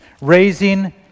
raising